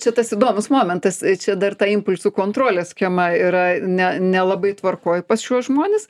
čia tas įdomus momentas čia dar ta impulsų kontrolės schema yra ne nelabai tvarkoj pas šiuos žmones